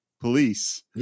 police